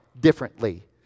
differently